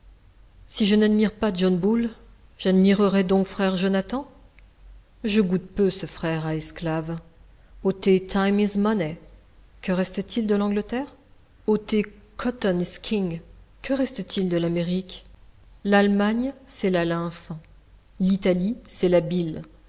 si je n'admire pas john bull j'admirerai donc frère jonathan je goûte peu ce frère à esclaves ôtez time is money que reste-t-il de l'angleterre ôtez cotton is king que reste-t-il de l'amérique l'allemagne c'est la lymphe l'italie c'est la bile